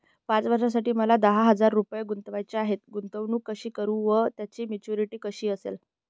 पाच वर्षांसाठी मला दहा हजार रुपये गुंतवायचे आहेत, गुंतवणूक कशी करु व त्याची मॅच्युरिटी कशी असेल?